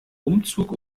umzug